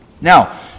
Now